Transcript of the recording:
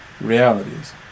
realities